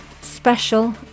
special